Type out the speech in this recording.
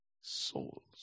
souls